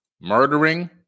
murdering